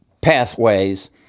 Pathways